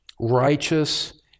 righteous